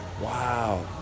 Wow